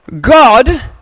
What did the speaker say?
God